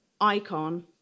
icon